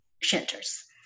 shelters